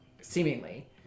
seemingly